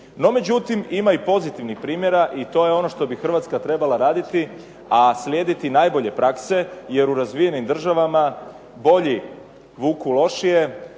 međutim ima i pozitivnih primjera i to je ono što bi Hrvatska trebala raditi, a slijediti najbolje prakse, jer u razvijenim državama bolji vuku lošije,